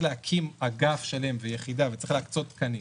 להקים אגף שלם ויחידה וצריך להקצות תקנים,